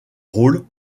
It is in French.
rôle